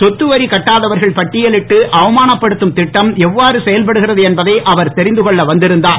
சொத்து வரி கட்டாதவர்களை பட்டியலிட்டு அவமானப் படுத்தும் திட்டம் எவ்வாறு செயல்படுகிறது என்பதை அவர் தெரிந்து கொள்ள வந்திருந்தார்